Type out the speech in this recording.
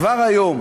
כבר היום